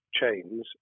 chains